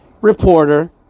reporter